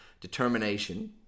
determination